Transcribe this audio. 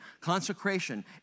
Consecration